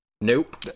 nope